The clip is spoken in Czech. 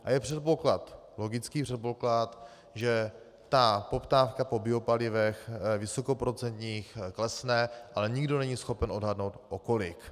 A je předpoklad, logický předpoklad, že ta poptávka po biopalivech vysokoprocentních klesne, ale nikdo není schopen odhadnout o kolik.